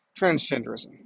transgenderism